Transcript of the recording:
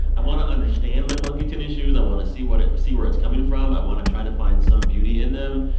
i want to understand the clunky tennis shoes. i want to see what it see where it's coming from. i want to try to find some beauty in them.